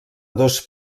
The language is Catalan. dos